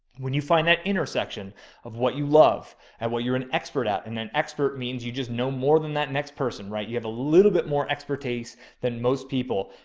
when you find that intersection of what you love and what you're an expert at, and an expert means you just know more than that next person, right? you have a little bit more expertise than most people.